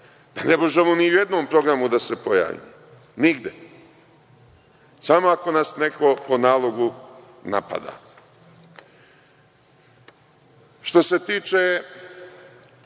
ne možemo ni u jednom programu da se pojavimo, nigde. Samo ako nas neko po nalogu napada. Što se tiče